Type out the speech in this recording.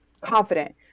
confident